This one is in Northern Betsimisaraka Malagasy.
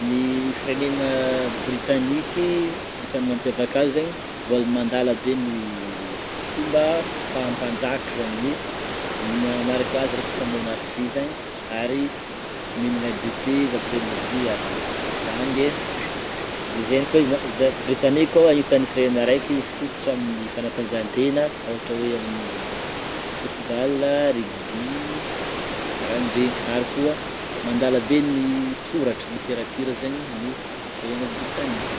Ny firenena Britaniky agnisan'ny mampiavaka azy zegny mbôla mandala be ny fomba fahampanjaka zany hoe maraka azy monarchie zegny ary mihinagna dite ny après-midi ary manao sangisangy, de zegny koa ma- za- Britaniky koa agnisany firenena araiky mifototra amin'ny fanatanjahantena ohatra hoe amin'ny football, rugby karaha an'iregny ary koa mandala be ny soratra literatiora zegny ny firenena Britaniky.